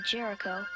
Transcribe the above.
Jericho